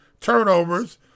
turnovers